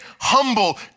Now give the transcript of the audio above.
humble